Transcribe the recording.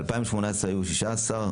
מ-2018 היו 16,